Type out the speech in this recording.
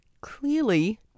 clearly